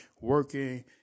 working